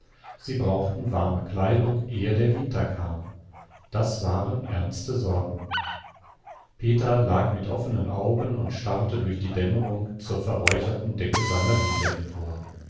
sie brauchten warme kleidung ehe der harte winter kam das waren ernste sorgen peter lag mit offenen augen und starrte durch die dämmerung zur verräucherten decke seiner höhle empor